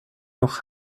noch